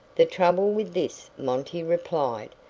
the trouble with this, monty replied,